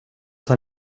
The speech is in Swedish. tar